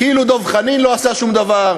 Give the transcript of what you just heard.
כאילו דב חנין לא עשה שום דבר,